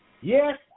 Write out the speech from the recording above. Yes